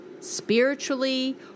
spiritually